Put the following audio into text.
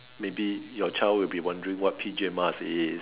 maybe your child will be wondering what P_J mask is